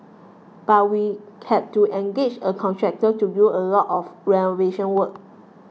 but we had to engage a contractor to do a lot of renovation work